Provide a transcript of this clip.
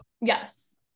Yes